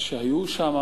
מהקואליציה שהיו שם,